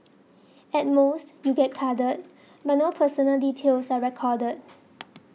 at most you get carded but no personal details are recorded